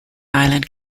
island